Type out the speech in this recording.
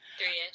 Three-ish